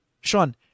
Sean